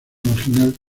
marginal